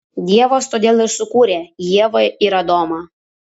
dievas todėl ir sukūrė ievą ir adomą